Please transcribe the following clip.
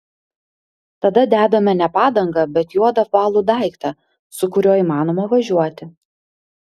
tada dedame ne padangą bet juodą apvalų daiktą su kuriuo įmanoma važiuoti